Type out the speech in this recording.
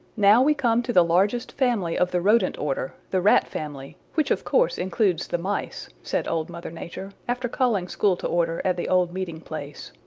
now we come to the largest family of the rodent order, the rat family, which of course includes the mice, said old mother nature, after calling school to order at the old meeting-place.